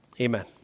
Amen